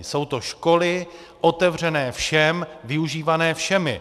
Jsou to školy otevřené všem, využívané všemi.